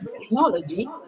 technology